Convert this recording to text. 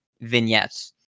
vignettes